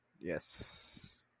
Yes